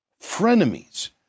frenemies